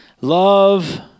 Love